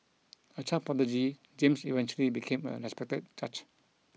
a child prodigy James eventually became a respected judge